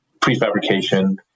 prefabrication